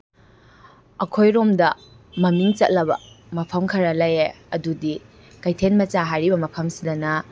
ꯑꯩꯈꯣꯏꯔꯣꯝꯗ ꯃꯃꯤꯡ ꯆꯠꯂꯕ ꯃꯐꯝ ꯈꯔ ꯂꯩꯌꯦ ꯑꯗꯨꯗꯤ ꯀꯩꯊꯦꯜ ꯃꯆꯥ ꯍꯥꯏꯔꯤꯕ ꯃꯐꯝꯁꯤꯗꯅ